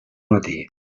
matí